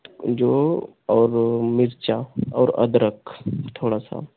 जो और मिर्च और अदरक थोड़ा सा